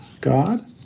God